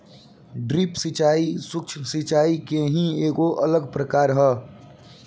drip सिंचाई, सूक्ष्म सिचाई के ही एगो अलग प्रकार ह